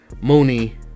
Mooney